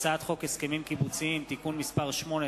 הצעת חוק הסכמים קיבוציים (תיקון מס' 8),